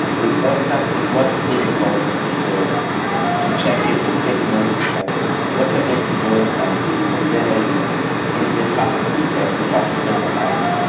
with whatsapp, it's more difficult so to check if the fake news, like whatsapp needs to build, like something that you can is the fact check with talking the vendor up,